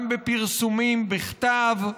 גם בפרסומים בכתב,